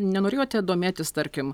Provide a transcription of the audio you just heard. nenorėjote domėtis tarkim